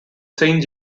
saint